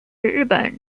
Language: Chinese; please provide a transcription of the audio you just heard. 日本